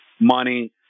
money